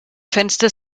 fenster